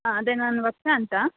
ಹಾಂ ಅದೇ ನಾನು ವರ್ಷಾ ಅಂತ